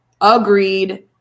agreed